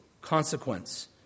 consequence